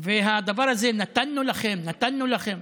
הדבר הזה: נתנו לכם, נתנו לכם,